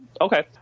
Okay